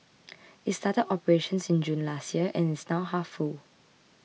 it started operations in June last year and is now half full